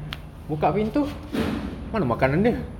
woke up into what about currently